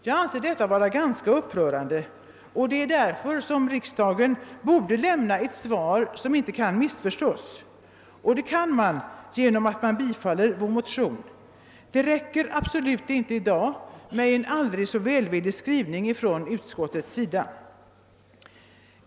Jag anser detta vara upprörande, och därför bör riksdagen lämna ett svar som inte kan missförstås. Och det kan riksdagen göra genom ett bifall till motionerna. Det räcker inte i dag med en aldrig så välvillig skrivning från utskottets sida.